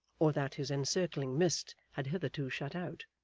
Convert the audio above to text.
or that his encircling mist had hitherto shut out.